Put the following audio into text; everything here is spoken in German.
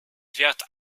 wird